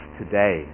today